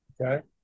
okay